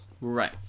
Right